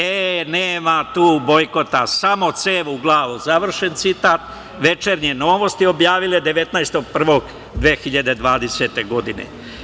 E nema tu bojkota, samo cev u glavu“ završen citat, Večernje novosti objavile 19.1.2020. godine.